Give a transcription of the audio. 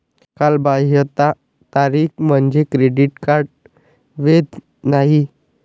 कालबाह्यता तारीख म्हणजे क्रेडिट कार्ड वैध नाही